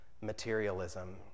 materialism